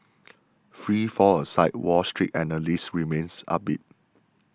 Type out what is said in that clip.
free fall aside Wall Street analysts remain upbeat